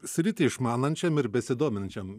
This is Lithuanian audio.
sritį išmanančiam ir besidominčiam